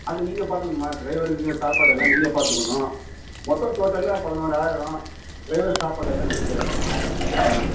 அது நீங்கள் பார்த்துக்கணும்மா ட்ரைவருங்க சாப்பாடெல்லாம் நீங்கள் பார்த்துக்கணும் மொத்தம் டோட்டல்லாக பதினோறாயிரோம் ட்ரைவர் சாப்பாட்டெல்லாம் நீங்கள் என்ன